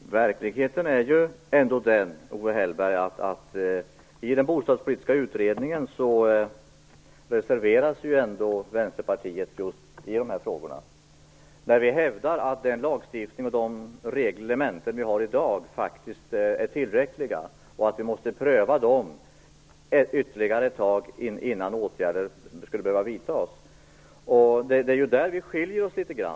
Fru talman! Verkligheten är den att Vänsterpartiet reserverade sig i just dessa frågor i den bostadspolitiska utredningen, Owe Hellberg. Vi kristdemokrater hävdar att den lagstiftning och de reglementen som finns i dag faktiskt är tillräckliga, och att de måste prövas ytterligare ett tag innan åtgärder vidtas. Där skiljer vi oss litet grand.